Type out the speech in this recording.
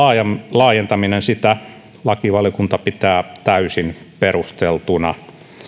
laajentaminen sitä lakivaliokunta pitää täysin perusteltuna